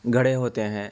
گڑھے ہوتے ہیں